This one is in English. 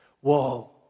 Whoa